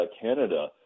Canada